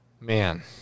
Man